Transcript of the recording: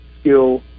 skill